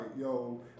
yo